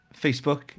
Facebook